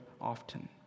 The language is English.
often